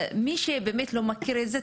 ומי שבאמת לא מכיר את זה,